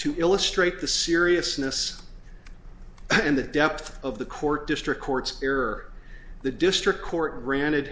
to illustrate the seriousness and the depth of the court district courts or the district court granted